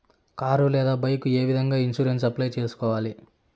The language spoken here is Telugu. కారు లేదా బైకు ఏ విధంగా ఇన్సూరెన్సు అప్లై సేసుకోవాలి